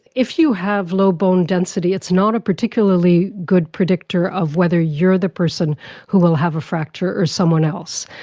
if you have low bone density it's not a particularly good predictor of whether you are the person who will have a fracture or someone else.